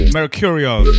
Mercurial